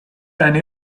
eine